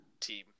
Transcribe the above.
team